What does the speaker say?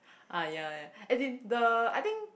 uh ya ya as in I think